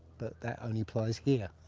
but that only applies here.